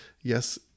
Yes